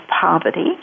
poverty